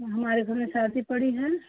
हमारे घर में शादी पड़ी है